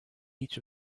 each